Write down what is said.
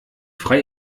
frei